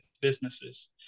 businesses